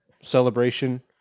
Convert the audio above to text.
celebration